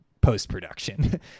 post-production